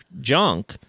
junk